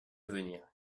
d’avenir